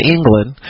England